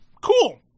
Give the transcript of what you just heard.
Cool